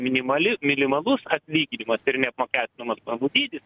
minimali minimalus atlyginimas ir neapmokestinamas pajamų dydis